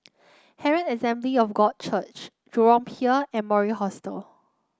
Herald Assembly of God Church Jurong Pier and Mori Hostel